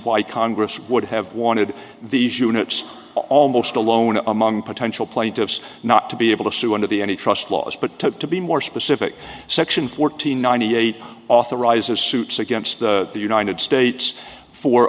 why congress would have wanted these units almost alone among potential plaintiffs not to be able to sue under the any trust laws but took to be more specific section fourteen ninety eight authorizes suits against the united states for